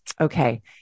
Okay